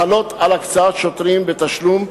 החלות על הקצאת שוטרים בתשלום,